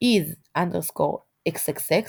is, get, do is_XXX